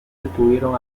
estuvieron